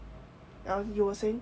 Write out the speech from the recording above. ya you were saying